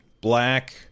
Black